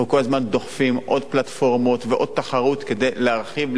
אנחנו כל הזמן דוחפים עוד פלטפורמות ועוד תחרות כדי להרחיב,